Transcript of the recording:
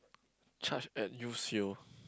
charge at you [sio]